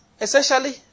Essentially